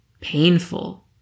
painful